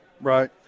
Right